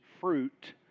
fruit